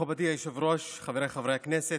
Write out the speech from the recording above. מכובדי היושב-ראש, חבריי חברי הכנסת,